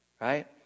Right